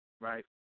right